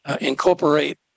incorporate